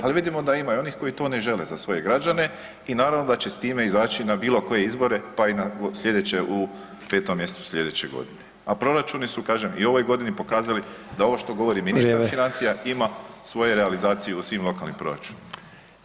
Ali vidimo da ima i onih koji to ne žele za svoje građane i naravno da će s time izaći na bilokoje izbore pa i na slijedeće u 5 mj. slijedeće godine a proračuni su kažem i u ovoj godini pokazali da ovo što govori ministar financija [[Upadica Sanader: Vrijeme.]] ima svoju realizaciju u svim lokalnim proračunima.